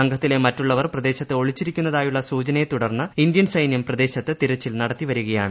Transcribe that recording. സംഘത്തിലെ മറ്റുള്ളവർ പ്രദേശത്ത് ഒളിച്ചിരിക്കുന്നതായുള്ള സൂചനയെ തുടർന്ന് ഇന്ത്യൻ സൈന്യം പ്രദേശത്ത് തിരച്ചിൽ നടത്തുകയാണ്